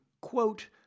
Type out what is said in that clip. quote